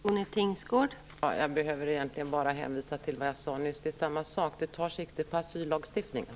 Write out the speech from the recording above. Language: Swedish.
Fru talman! Jag behöver egentligen bara hänvisa till det som jag sade nyss: Det tar sikte på asyllagstiftningen.